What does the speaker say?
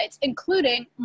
including